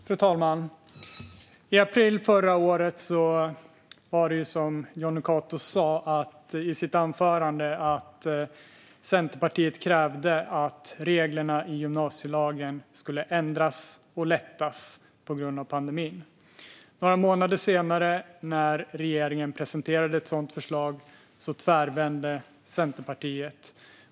Fru talman! I april förra året var det som Jonny Cato sa i sitt anförande. Centerpartiet krävde att reglerna i gymnasielagen skulle ändras och lättas på grund av pandemin. Några månader senare när regeringen presenterade ett sådant förslag tvärvände Centerpartiet.